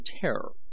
terror